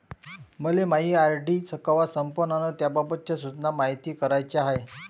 मले मायी आर.डी कवा संपन अन त्याबाबतच्या सूचना मायती कराच्या हाय